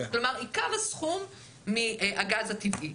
כלומר עיקר הסכום מהגז הטבעי.